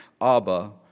Abba